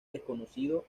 desconocido